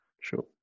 sure